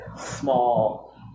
small